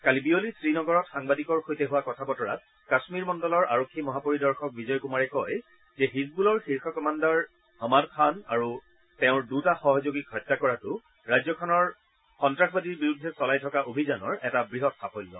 কালি বিয়লি শ্ৰীনগৰত সাংবাদিকৰ সৈতে হোৱা কথা বতৰাত কাশ্মীৰ মণ্ডলৰ আৰক্ষী মহাপৰিদৰ্শক বিজয় কুমাৰে কয় যে হিজবুলৰ শীৰ্ষ কমাণ্ডাৰ হমাদ খান আৰু তেওঁৰ দুটা সহযোগী হত্যা কৰাটো ৰাজ্যখনৰ সন্তাসবাদীৰ বিৰুদ্ধে চলাই থকা অভিযানৰ এটা বৃহৎ সাফল্য